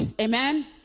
amen